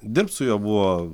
dirbt su juo buvo